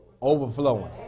overflowing